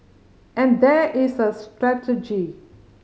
and there is a strategy